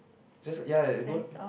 just ya ya go